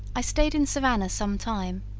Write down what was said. i stayed in savannah some time,